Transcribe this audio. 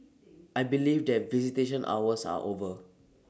I believe that visitation hours are over